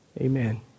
Amen